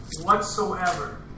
whatsoever